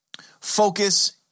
focus